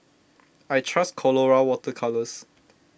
I trust Colora Water Colours